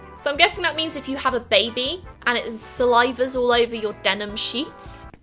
so i'm guessing that means if you have a baby and it salivas all over your denim sheets,